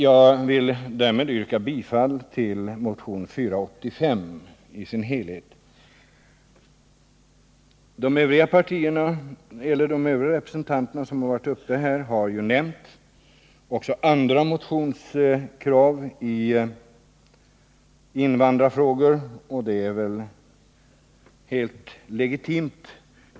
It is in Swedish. Jag yrkar härmed bifall till motion nr 485 i sin helhet. De övriga talarna har nämnt också andra motionskrav i invandrarfrågor, och det är väl helt legitimt.